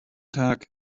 tag